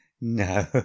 No